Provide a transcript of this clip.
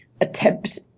attempt